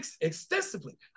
extensively